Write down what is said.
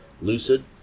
lucid